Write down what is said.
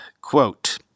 quote